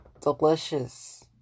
delicious